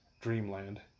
dreamland